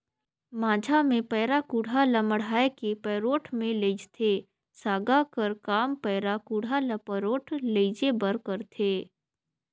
माझा मे पैरा कुढ़ा ल मढ़ाए के पैरोठ मे लेइजथे, सागा कर काम पैरा कुढ़ा ल पैरोठ लेइजे बर करथे